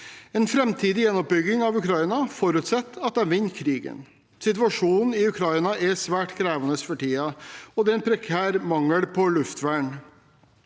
En framtidig gjenoppbygging av Ukraina forutsetter at de vinner krigen. Situasjonen i Ukraina er svært krevende for tiden, og det er en prekær mangel på luftvern.